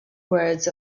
words